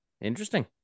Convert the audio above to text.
interesting